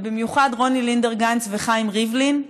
ובמיוחד רוני לינדר-גנץ וחיים ריבלין,